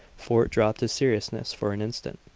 fort dropped his seriousness for an instant.